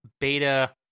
Beta